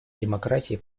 демократии